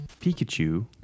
Pikachu